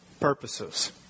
purposes